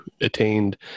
attained